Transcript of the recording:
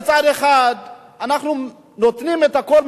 אנחנו נותנים את הכול,